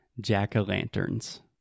Jack-o-lanterns